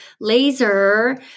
Laser